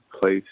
place